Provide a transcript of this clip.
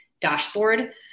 dashboard